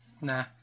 Nah